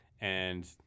and-